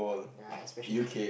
yea especially